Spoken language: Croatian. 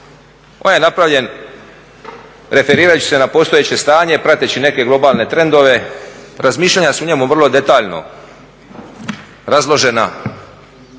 On je napravljen referirajući se na postojeće stanje, prateći neke globalne trendove, razmišljanja su u njemu vrlo detaljno razložena,